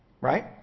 Right